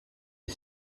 est